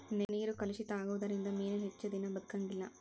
ನೇರ ಕಲುಷಿತ ಆಗುದರಿಂದ ಮೇನು ಹೆಚ್ಚದಿನಾ ಬದಕಂಗಿಲ್ಲಾ